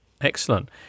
Excellent